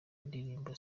indirimbo